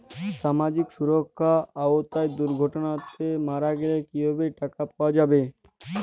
সামাজিক সুরক্ষার আওতায় দুর্ঘটনাতে মারা গেলে কিভাবে টাকা পাওয়া যাবে?